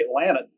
Atlanta